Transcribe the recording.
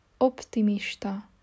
Optimista